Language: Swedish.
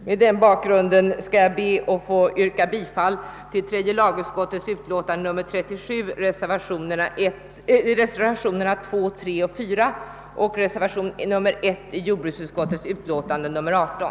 Med det sagda ber jag att få yrka bifall till reservationerna II, III och IV vid tredje lagutskottets utlåtande nr 37 samt reservationen 1 vid jordbruksutskottets utlåtande nr 18.